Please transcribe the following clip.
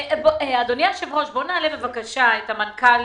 אדוני היושב-ראש, בוא נעלה בבקשה את המנכ"ל